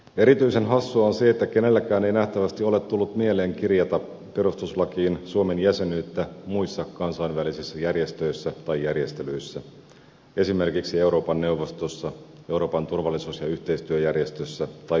erityisen hassua on se että kenelläkään ei nähtävästi ole tullut mieleen kirjata perustuslakiin suomen jäsenyyttä muissa kansainvälisissä järjestöissä tai järjestelyissä esimerkiksi euroopan neuvostossa euroopan turvallisuus ja yhteistyöjärjestössä tai yhdistyneissä kansakunnissa